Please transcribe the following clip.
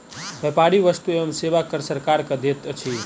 व्यापारी वस्तु एवं सेवा कर सरकार के दैत अछि